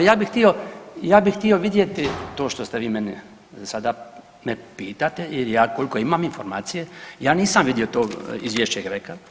Ja bih htio vidjeti to što ste vi meni sada, me pitate jer ja koliko imam informacije, ja nisam vidio to izvješće GRECO-a.